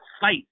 fight